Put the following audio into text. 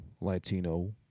Latino